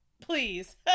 Please